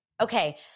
Okay